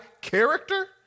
character